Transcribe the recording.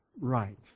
right